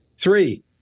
Three